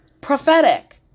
Prophetic